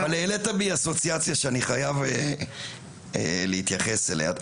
העלית בי אסוציאציה שאני חייב להתייחס אליה.